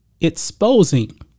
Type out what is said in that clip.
Exposing